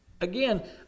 again